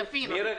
אלפים,